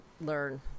learn